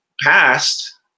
passed